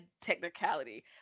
technicality